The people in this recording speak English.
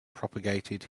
propagated